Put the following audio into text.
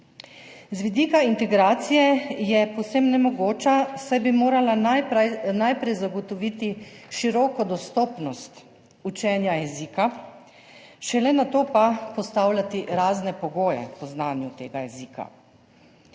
Z vidika integracije je povsem nemogoča, saj bi morala najprej zagotoviti široko dostopnost učenja jezika, šele nato pa postavljati razne pogoje po znanju tega jezika.